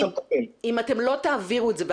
אם אתם לא תעבירו את זה,